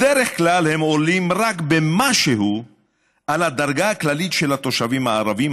בדרך כלל הם עולים רק במשהו על הדרגה הכללית של התושבים הערבים,